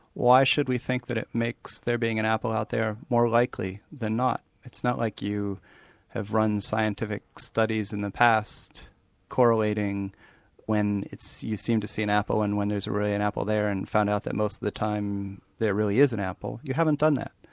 why should we think that it makes there being an apple out there more likely than not. it's not like you have run scientific studies in the past correlating when you seem to see an apple and when there's really an apple there and found out that most of the time there really is an apple. you haven't done that.